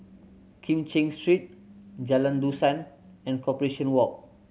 Kim Cheng Street Jalan Dusan and Corporation Walk